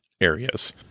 areas